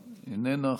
איננה,